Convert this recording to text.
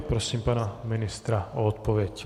Prosím pana ministra o odpověď.